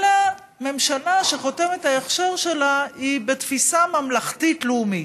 אלא ממשלה שחותמת ההכשר שלה היא בתפיסה ממלכתית-לאומית,